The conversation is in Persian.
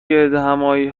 گردهمآیی